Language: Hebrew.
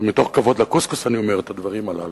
מתוך כבוד לקוסקוס אני אומר את הדברים הללו.